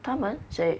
他们谁